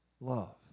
love